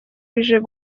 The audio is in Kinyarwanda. bije